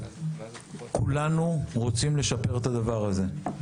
כולנו רוצים לשפר את הדבר הזה.